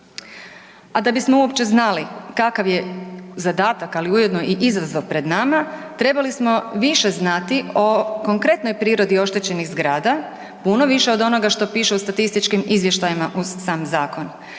A da bismo uopće znali kakav je zadatak, ali ujedno i izazov pred nama trebali smo više znati o konkretnoj prirodi oštećenih zgrada, puno više od onoga što piše u statističkim izvještajima uz sam zakon.